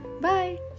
bye